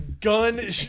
gun